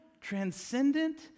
transcendent